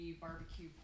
barbecue